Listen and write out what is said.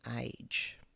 age